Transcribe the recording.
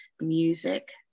music